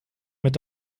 mit